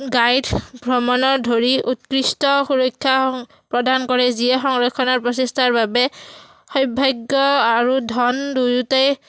guide ভ্ৰমণৰ ধৰি উৎকৃষ্ট সুৰক্ষা প্ৰদান কৰে যিয়ে সংৰক্ষণৰ প্ৰচেষ্টাৰ বাবে সৌভাগ্য আৰু ধন দুয়োটাই